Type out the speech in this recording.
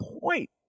point